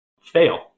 fail